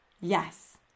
Yes